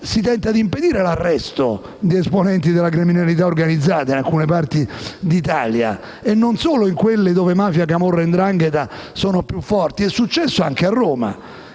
si tenta di impedire l'arresto di esponenti della criminalità organizzata in alcune parti d'Italia, e non solo in quelle in cui mafia, camorra e 'ndrangheta sono più forti; è successo anche a Roma.